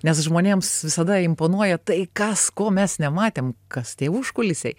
nes žmonėms visada imponuoja tai kas ko mes nematėm kas tie užkulisiai